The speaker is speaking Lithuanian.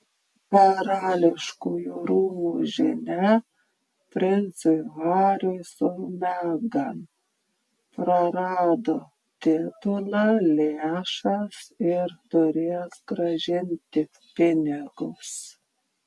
karališkųjų rūmų žinia princui hariui su megan prarado titulą lėšas ir turės grąžinti pinigus